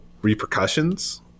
repercussions